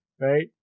right